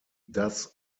das